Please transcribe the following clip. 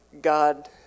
God